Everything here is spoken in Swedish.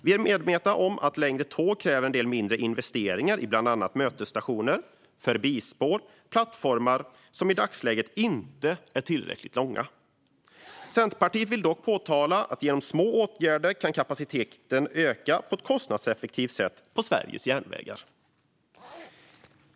Vi är medvetna om att längre tåg kräver en del mindre investeringar i bland annat mötesstationer, förbispår och plattformar, som i dagsläget inte är tillräckligt långa. Centerpartiet vill dock påpeka att genom små åtgärder kan kapaciteten öka på ett kostnadseffektivt sätt på Sveriges järnvägar.